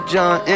John